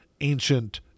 ancient